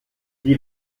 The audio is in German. wie